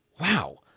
Wow